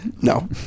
No